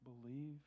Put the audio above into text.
believe